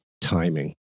timing